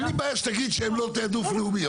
אין לי בעיה שתגיד שהם לא תעדוף לאומי,